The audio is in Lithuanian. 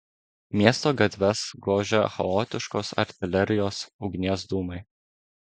miesto gatves gožė chaotiškos artilerijos ugnies dūmai